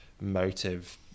motive